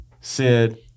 Sid